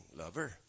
lover